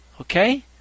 Okay